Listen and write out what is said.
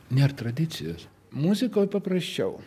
nėr tradicijos muzikoj paprasčiau